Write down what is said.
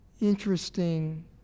interesting